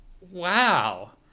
Wow